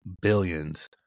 billions